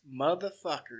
motherfuckers